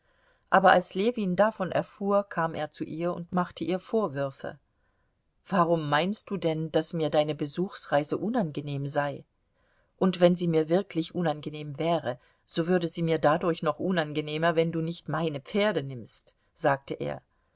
aber als ljewin davon erfuhr kam er zu ihr und machte ihr vorwürfe warum meinst du denn daß mir deine besuchsreise unangenehm sei und wenn sie mir wirklich unangenehm wäre so würde sie mir dadurch noch unangenehmer wenn du nicht meine pferde nimmst sagte er